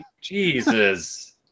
Jesus